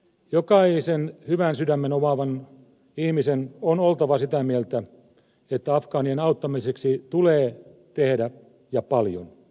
jokaisen hyvän sydämen omaavan ihmisen on oltava sitä mieltä että afgaanien auttamiseksi tulee tehdä ja paljon